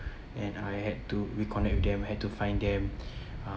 and I had to reconnect with them I had to find them